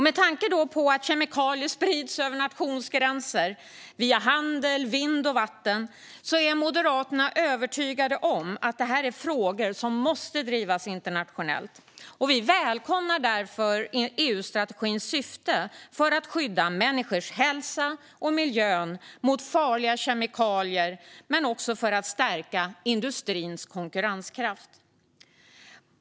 Med tanke på att kemikalier sprids över nationsgränser via handel, vind och vatten är Moderaterna övertygade om att detta är frågor som ska drivas internationellt. Vi välkomnar därför EU-strategins syfte att skydda människors hälsa och miljön mot farliga kemikalier men också att stärka industrins konkurrenskraft.